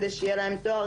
על מנת שיהיה להן תואר,